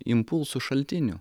impulsų šaltinių